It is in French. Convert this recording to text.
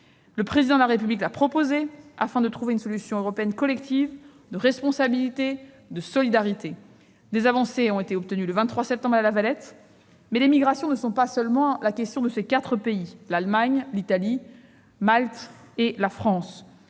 Le Président de la République l'a proposé, afin de trouver une solution européenne collective de responsabilité et de solidarité. Des avancées ont été obtenues le 23 septembre à La Valette. Mais les migrations ne sont pas seulement l'affaire de quatre pays, l'Allemagne, l'Italie, Malte et la France.